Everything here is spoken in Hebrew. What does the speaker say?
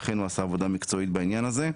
אכן הוא עשה עבודה מקצועית בעניין הזה.